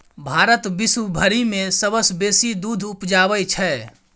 भारत विश्वभरि मे सबसँ बेसी दूध उपजाबै छै